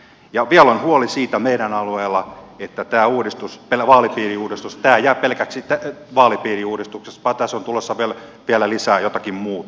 vielä on huoli meidän alueella siitä että tämä vaalipiiriuudistus ei jää pelkäksi vaalipiiriuudistukseksi vaan tässä on tulossa vielä lisää jotakin muuta